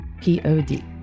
P-O-D